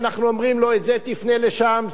ואנחנו אומרים: עם זה תפנה לשם,